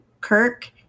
Kirk